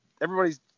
everybody's